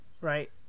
right